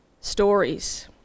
stories